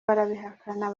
barabihakana